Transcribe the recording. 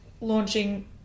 launching